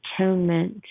atonement